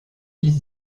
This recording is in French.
six